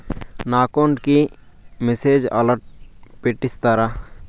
నా అకౌంట్ కి message alert పెట్టిస్తారా